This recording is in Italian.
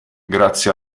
grazie